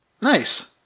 Nice